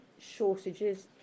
shortages